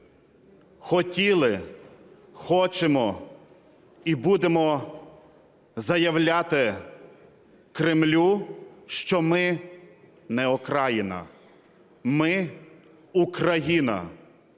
хотіли, хочемо і будемо заявляти Кремлю, що ми – не окраїна, ми – Україна,